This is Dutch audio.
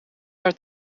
haar